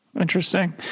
Interesting